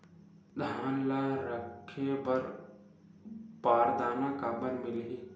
धान ल रखे बर बारदाना काबर मिलही?